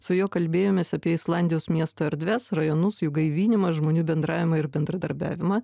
su juo kalbėjomės apie islandijos miesto erdves rajonus jų gaivinimą žmonių bendravimą ir bendradarbiavimą